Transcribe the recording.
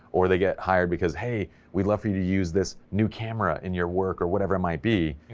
or they get hired because hey we'd love for you to use this new camera in your work, or whatever, it might be,